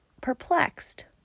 perplexed